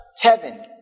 heaven